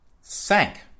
Sank